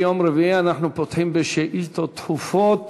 ביום רביעי אנחנו פותחים בשאילתות דחופות.